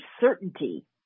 certainty